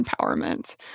empowerment